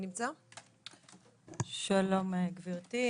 שלום גברתי,